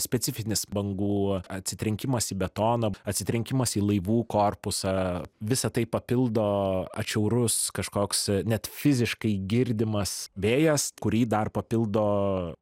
specifinis bangų atsitrenkimas į betoną atsitrenkimas į laivų korpusą visa tai papildo atšiaurus kažkoks net fiziškai girdimas vėjas kurį dar papildo